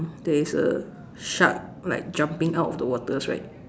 there's a shark like jumping out of the waters right